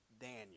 Daniel